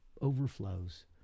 overflows